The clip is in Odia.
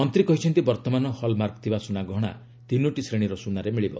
ମନ୍ତ୍ରୀ କହିଛନ୍ତି ବର୍ତ୍ତମାନ ହଲମାର୍କଥିବା ସୁନାଗହଣା ତିନୋଟି ଶ୍ରେଣୀର ସୁନାରେ ମିଳିବ